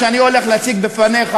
שאני הולך להציג בפניך,